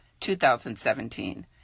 2017